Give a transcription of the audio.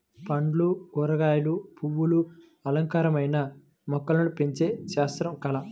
పండ్లు, కూరగాయలు, పువ్వులు అలంకారమైన మొక్కలను పెంచే శాస్త్రం, కళ